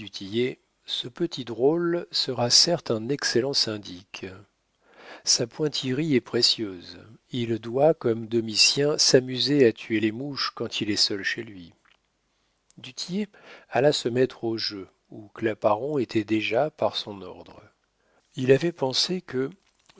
ce petit drôle sera certes un excellent syndic sa pointillerie est précieuse il doit comme domitien s'amuser à tuer les mouches quand il est seul chez lui du tillet alla se mettre au jeu où claparon était déjà par son ordre il avait pensé que